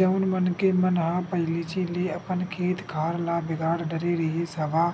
जउन मनखे मन ह पहिलीच ले अपन खेत खार ल बिगाड़ डरे रिहिस हवय